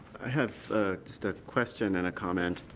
i have just a question and a comment.